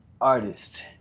artist